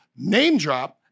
NAMEDROP